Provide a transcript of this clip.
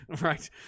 right